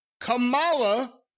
Kamala